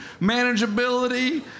manageability